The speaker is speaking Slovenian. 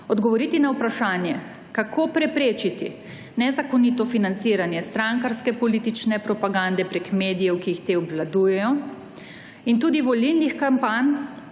odgovoriti na vprašanje kako preprečiti nezakonito financiranje strankarske politične propagande preko medijev, ki jih te obvladujejo in tudi volilnih kampanj